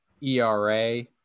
ERA